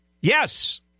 Yes